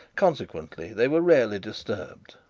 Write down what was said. consequently they were rarely disturbed.